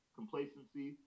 complacency